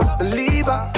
believer